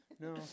No